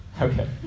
Okay